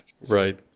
Right